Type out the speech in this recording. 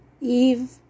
Eve